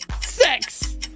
Sex